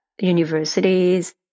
universities